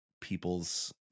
people's